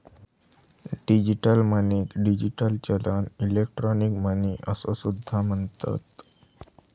digital मनीक digital चलन, electronic money असो सुद्धा म्हणतत